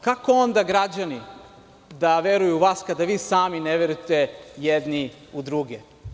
Kako onda građani da veruju u vas kada vi sami ne verujete jedni u druge?